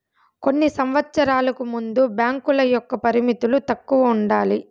కొన్ని సంవచ్చరాలకు ముందు బ్యాంకుల యొక్క పరిమితులు తక్కువ ఉండాలి